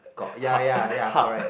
got ya ya ya correct